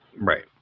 right